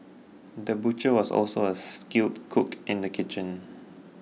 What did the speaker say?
the butcher was also a skilled cook in the kitchen